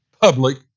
public